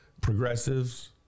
progressives